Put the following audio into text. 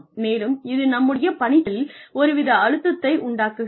மேலும் இது நம்முடைய பணிச்சூழலில் ஒருவித அழுத்தத்தை உண்டாக்குகிறது